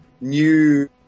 new